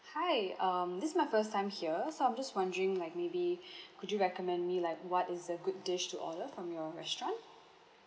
hi um this is my first time here so I'm just wondering like maybe could you recommend me like what is a good dish to order from your restaurant